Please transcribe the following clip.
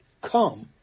Come